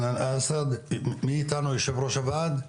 מי שפותח הוא רשות הפיקוח,